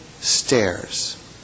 stairs